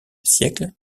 siècle